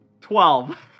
Twelve